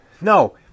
No